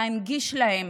להנגיש להם